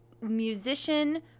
musician